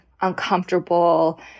uncomfortable